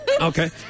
Okay